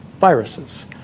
viruses